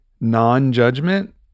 non-judgment